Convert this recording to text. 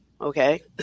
Okay